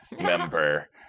member